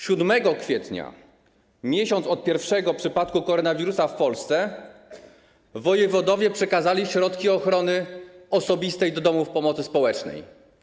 7 kwietnia, miesiąc od pierwszego przypadku koronawirusa w Polsce, wojewodowie przekazali środki ochrony osobistej do domów pomocy społecznej.